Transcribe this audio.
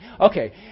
Okay